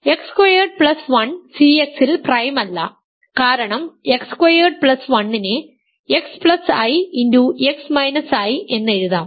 X squared plus 1 CX ൽ prime അല്ല കാരണം എക്സ് സ്ക്വയേർഡ് പ്ലസ് 1 നെ Xi എന്ന് എഴുതാം